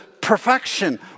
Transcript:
perfection